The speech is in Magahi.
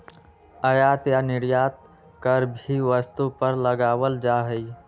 आयात या निर्यात कर भी वस्तु पर लगावल जा हई